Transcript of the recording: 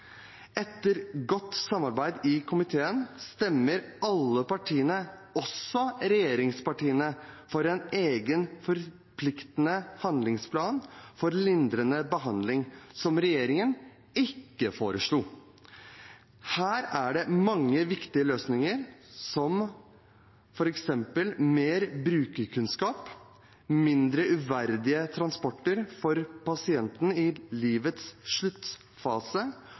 Etter godt samarbeid i komiteen stemmer alle partiene, også regjeringspartiene, for en egen forpliktende handlingsplan for lindrende behandling, som regjeringen ikke foreslo. Her er det mange viktige løsninger, som f.eks. mer brukerkunnskap, mindre uverdige transporter for pasienten i livets sluttfase